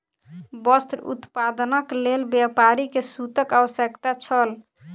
वस्त्र उत्पादनक लेल व्यापारी के सूतक आवश्यकता छल